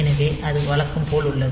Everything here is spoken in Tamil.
எனவே அது வழக்கம் போல் உள்ளது